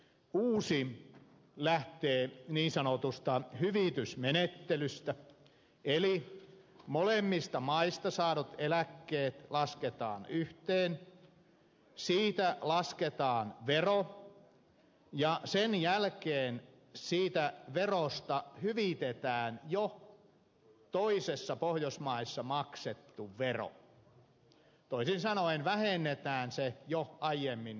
uusi lähtee niin sanotusta hyvitysmenettelystä eli molemmista maista saadut eläkkeet lasketaan yhteen siitä lasketaan vero ja sen jälkeen siitä verosta hyvitetään jo toisessa pohjoismaassa maksettu vero toisin sanoen vähennetään se jo aiemmin maksettu vero